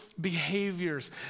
behaviors